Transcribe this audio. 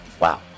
Wow